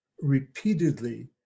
repeatedly